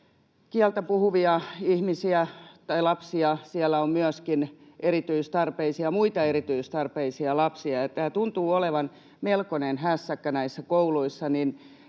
kieltä puhuvia lapsia, siellä on myöskin muita erityistarpeisia lapsia, ja tämä tuntuu olevan melkoinen hässäkkä näissä kouluissa.